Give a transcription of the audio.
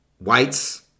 whites